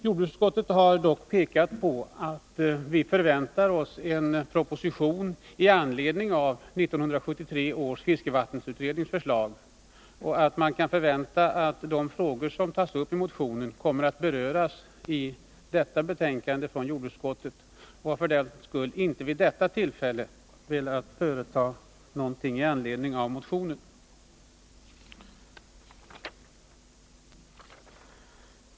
Jordbruksutskottet har dock pekat på att vi förväntar oss en proposition med anledning av 1973 års fiskevattensutrednings förslag och förutsätter att de frågor som tas upp i motionen kommer att beröras i det sammanhanget. Jordbruksutskottet har därför inte vid detta tillfälle velat företa sig någonting i anledning av motionen.